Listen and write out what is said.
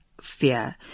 Fear